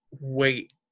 wait